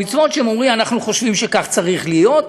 ומצוות שאומרים: אנחנו חושבים שכך צריך להיות,